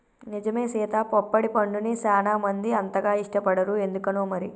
నిజమే సీత పొప్పడి పండుని సానా మంది అంతగా ఇష్టపడరు ఎందుకనో మరి